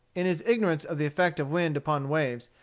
in his ignorance of the effect of wind upon waves,